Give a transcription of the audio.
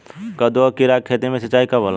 कदु और किरा के खेती में सिंचाई कब होला?